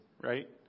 right